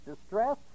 distress